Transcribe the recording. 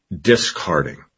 discarding